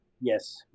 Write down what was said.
Yes